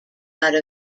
out